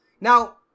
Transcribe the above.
Now